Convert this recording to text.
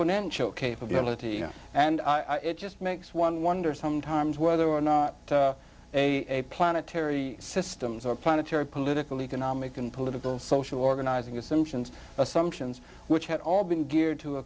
exponential capability and it just makes one wonder sometimes whether or not a planetary systems are planetary political economic and political social organizing assumptions assumptions which had all been geared to a